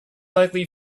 likely